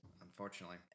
Unfortunately